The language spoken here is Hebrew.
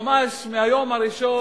שממש מהיום הראשון,